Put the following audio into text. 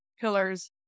pillars